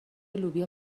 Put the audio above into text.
لوبیا